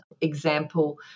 example